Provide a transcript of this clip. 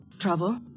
Trouble